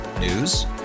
News